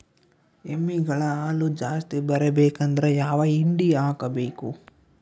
ಎಮ್ಮಿ ಗಳ ಹಾಲು ಜಾಸ್ತಿ ಬರಬೇಕಂದ್ರ ಯಾವ ಹಿಂಡಿ ಹಾಕಬೇಕು?